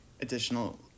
additional